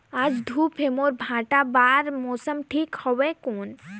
आज धूप हे मोर भांटा बार मौसम ठीक हवय कौन?